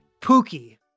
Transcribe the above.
Pookie